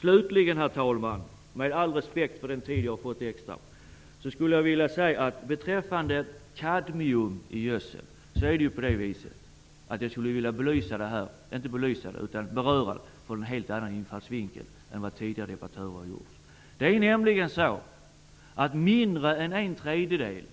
Slutligen, med all respekt för den extra taletid jag har fått. Jag vill säga några ord beträffande kadmiumgödsel. Jag vill beröra frågan från en helt annan infallsvinkel än vad tidigare debattörer har gjort. Mindre än en tredjedel